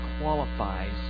qualifies